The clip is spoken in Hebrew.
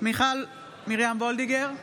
מיכל מרים וולדיגר,